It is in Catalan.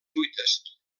fuites